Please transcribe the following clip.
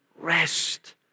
rest